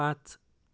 पाँच